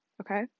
Okay